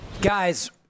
Guys